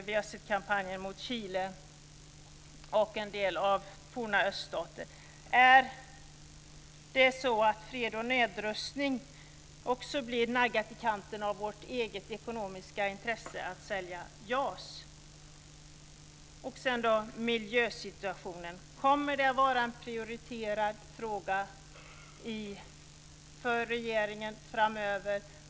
Vi har också sett kampanjen mot Chile och en del av forna öststater. Är det så att fred och nedrustning också blir naggat i kanten av vårt eget ekonomiska intresse att sälja JAS? Sedan miljösituationen: Kommer den att vara en prioriterad fråga för regeringen framöver?